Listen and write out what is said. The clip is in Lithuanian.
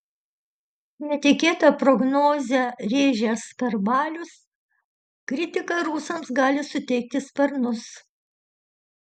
netikėtą prognozę rėžęs skarbalius kritika rusams gali suteikti sparnus